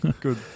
Good